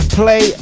play